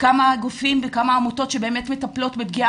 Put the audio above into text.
כמה גופים וכמה עמותות שבאמת מטפלות בפגיעה